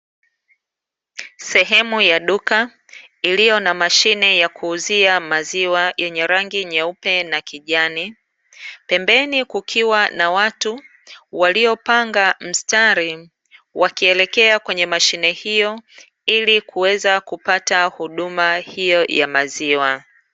Sehemu ya duka iliyo na mashine ya kuuzia maziwa yenye rangi nyeupe na kijani, pembeni kukiwa na watu waliopanga mstari, wakielekea kwenye mashine hiyo, ili kuweza kupata huduma hiyo ya maziwa.